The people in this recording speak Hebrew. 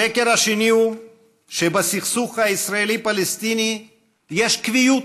השקר השני הוא שבסכסוך הישראלי פלסטיני יש קביעות.